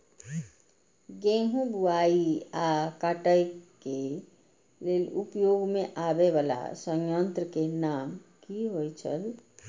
गेहूं बुआई आ काटय केय लेल उपयोग में आबेय वाला संयंत्र के नाम की होय छल?